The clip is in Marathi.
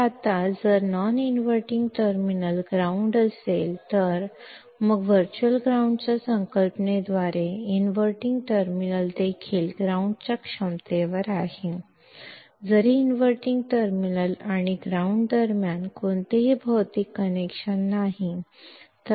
तर आता जर नॉन इनव्हर्टिंग टर्मिनल ग्राउंड असेल मग वर्चुअल ग्राउंडच्या संकल्पनेद्वारे इनव्हर्टिंग टर्मिनल देखील ग्राउंड च्या क्षमतेवर आहे जरी इनव्हर्टिंग टर्मिनल आणि ग्राउंड दरम्यान कोणतेही भौतिक कनेक्शन नाही